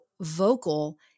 vocal